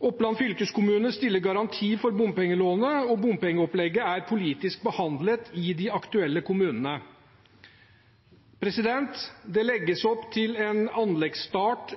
Oppland fylkeskommune stiller garanti for bompengelånet, og bompengeopplegget er politisk behandlet i de aktuelle kommunene. Det legges opp til anleggsstart